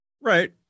Right